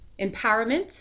empowerment